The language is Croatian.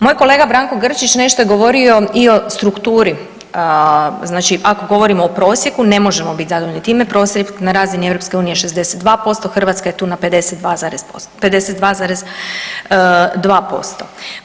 Moj kolega Branko Grčić nešto je govorio i o strukturi, znači ako govorimo o prosjeku, ne možemo bit zadovoljni time, prosjek na razini EU-a je 62%, Hrvatska je tu na 52,2%